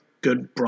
Good